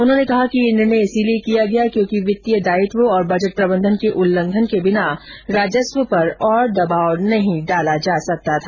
उन्होंने कहा कि यह निर्णय इसलिए किया गया क्योंकि वित्तीय दायित्व और बजट प्रबन्धन के उल्लंघन के बिना राजस्व पर और दबाव नहीं डाला जा सकता था